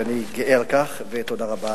אני גאה על כך, ותודה רבה.